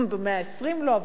במאה ה-20 לא,